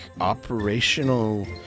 operational